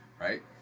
Right